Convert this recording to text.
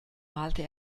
malte